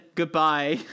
goodbye